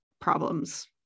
problems